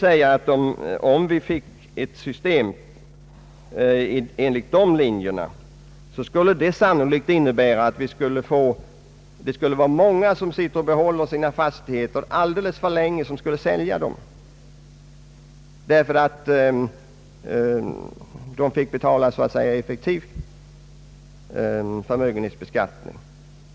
Om det infördes ett system enligt de riktlinjer som i motionen föreslås, skulle detta sannolikt medföra att många skulle sälja sina fastigheter när de icke längre själva brukar dem, eftersom de då får betala en så att säga effektiv förmösgenhetsskatt.